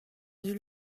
eux